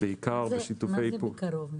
בעיקר בשיתופי פעולה --- מה זה בקרוב מאוד?